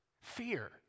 Fear